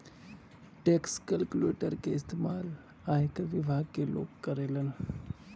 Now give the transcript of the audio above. tax calculator क इस्तेमाल आयकर विभाग क लोग करलन